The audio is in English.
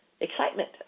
excitement